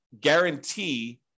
guarantee